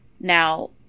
Now